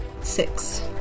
Six